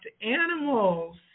animals